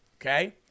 okay